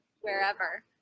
wherever